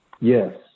Yes